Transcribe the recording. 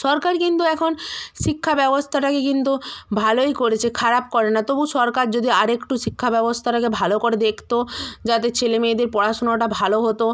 সরকার কিন্তু এখন শিক্ষা ব্যবস্থাটাকে কিন্তু ভালোই করেছে খারাপ করে না তবু সরকার যদি আরেকটু শিক্ষা ব্যবস্থাটাকে ভালো করে দেখতো যাতে ছেলে মেয়েদের পড়াশুনোটা ভালো হতো